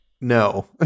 No